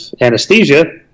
anesthesia